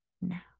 now